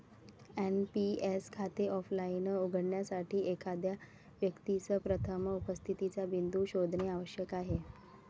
NPS खाते offline उघडण्यासाठी, एखाद्या व्यक्तीस प्रथम उपस्थितीचा बिंदू शोधणे आवश्यक आहे